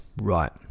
right